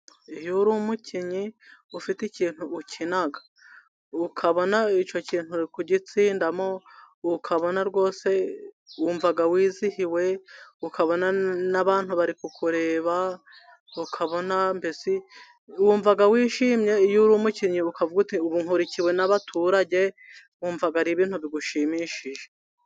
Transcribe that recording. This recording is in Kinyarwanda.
Iyo uri umukinnyi, ufite ikintu ukina. Ukabona icyo kintu uri kugitsindamo, ukabona rwose wumva wizihiwe, ukabona n'abantu bari kukureba, ukabona mbese wumva wishimye, iyo uri umukinnyi ukavuga uti ubu nkurikiwe n'abaturage, wumva ari ibintu bigushimishije.